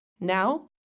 Now